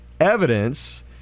evidence